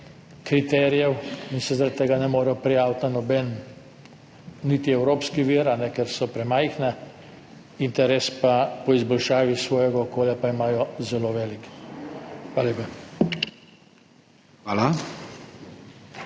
kriterijev in se zaradi tega ne morejo prijaviti na noben vir, niti evropski, ker so premajhne. Interes po izboljšavi svojega okolja pa imajo zelo velik. Hvala lepa.